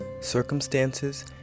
circumstances